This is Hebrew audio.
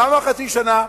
למה חצי שנה?